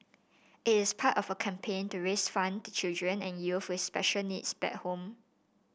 it is part of a campaign to raise fund to children and youth with special needs back home